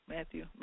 Matthew